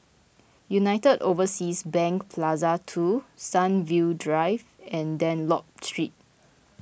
United Overseas Bank Plaza two Sunview Drive and Dunlop Street